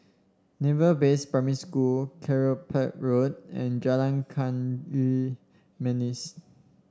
Naval Base Primary School Kelopak Road and Jalan Kayu Manis